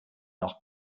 noch